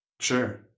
sure